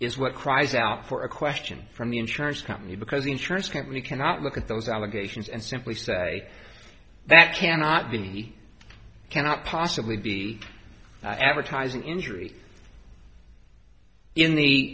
is what cries out for a question from the insurance company because the insurance company cannot look at those allegations and simply say that cannot be cannot possibly be advertising injury in the